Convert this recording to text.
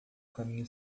caminho